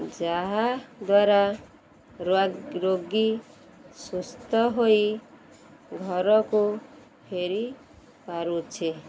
ଯାହାଦ୍ୱାରା ରୋଗୀ ସୁସ୍ଥ ହୋଇ ଘରକୁ ଫେରି ପାରୁଛେ